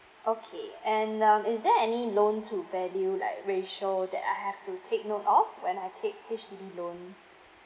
okay and um is there any loan to value like ratio that I have to take note of when I take H_D_B loan